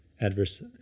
adverse